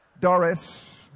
Doris